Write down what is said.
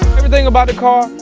thing about the car,